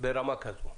ברמה כזאת?